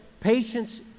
patience